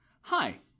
Hi